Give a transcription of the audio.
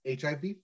HIV